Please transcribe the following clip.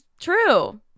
true